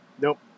Nope